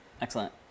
Excellent